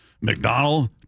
McDonald